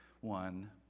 one